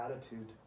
attitude